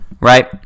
right